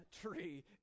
tree